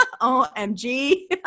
OMG